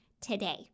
today